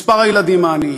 מספר הילדים העניים: